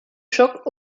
choc